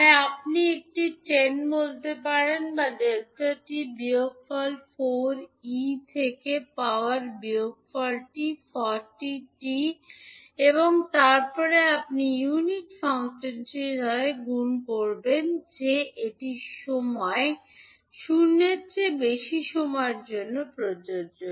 মানে আপনি একটি 10 বলতে পারেন ডেল্টা টি বিয়োগফল 40 ই থেকে পাওয়ার বিয়োগফল টি 40 এবং তারপরে আপনি ইউনিট ফাংশনটির সাথে গুণ করবেন যে এটি সময় শূন্যের চেয়ে বেশি সময়ের জন্য প্রযোজ্য